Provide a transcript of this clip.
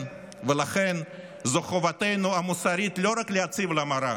ולכן זו חובתנו המוסרית לא רק להציב לה מראה,